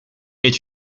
est